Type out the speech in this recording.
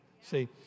See